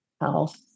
health